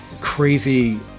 crazy